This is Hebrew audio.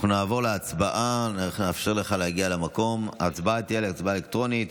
להעביר את הצעת החוק האמור מוועדת החוקה,